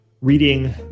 reading